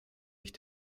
ich